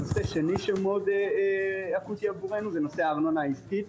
נושא שני שמאוד אקוטי עבורנו זה הארנונה העסקית.